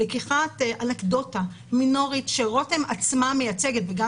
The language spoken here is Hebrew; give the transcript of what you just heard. לקיחת אנקדוטה מינורית שרותם עצמה מייצגת וגם